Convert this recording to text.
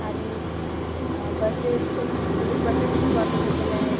आणि बसेस खूप म्हणजे बसेस खूप अवेलेबल आहेत